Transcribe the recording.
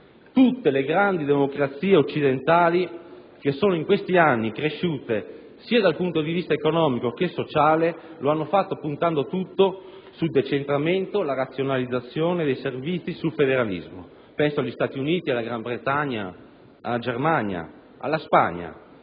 Tutte le grandi democrazie occidentali che sono in questi anni cresciute sia dal punto di vista economico che sociale lo hanno fatto puntando tutto sul decentramento, sulla razionalizzazione dei servizi e sul federalismo. Penso agli Stati Uniti, alla Gran Bretagna, alla Germania, alla Spagna.